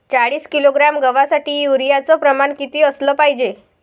चाळीस किलोग्रॅम गवासाठी यूरिया च प्रमान किती असलं पायजे?